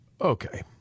Okay